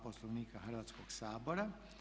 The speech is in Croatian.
Poslovnika Hrvatskoga sabora.